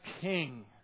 king